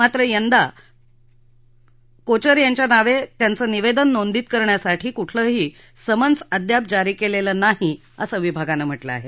मात्र चंदा कोचर यांच्या नावे त्याचे निवेदन नोंदित करण्यासाठी कुठलंही समन्स अद्याप जारी केलेलं नाही असं विभागानं म्हटलं आहे